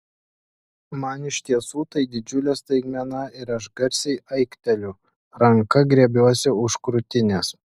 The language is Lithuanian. man iš tiesų tai didžiulė staigmena ir aš garsiai aikteliu ranka griebiuosi už krūtinės